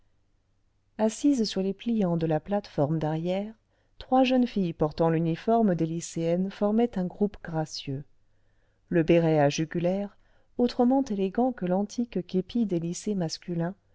assises sur les pliants de la plate-forme d'arrière trois jeunes filles portant l'uniforme des lycéennes formaient un groupe gracieux le béret à jugulaire autrement élégant que l'antique képi des lycées masculins